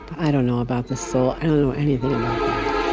i don't know about the soul. i don't know anything about that.